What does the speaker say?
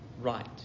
right